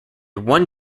one